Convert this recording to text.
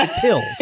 pills